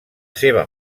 seva